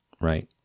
right